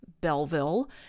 Belleville